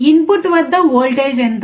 input వద్ద voltage ఎంత